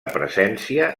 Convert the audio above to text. presència